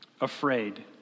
afraid